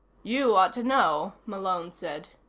you ought to know, malone said.